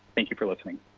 thank you for listening.